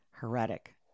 Heretic